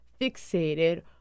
fixated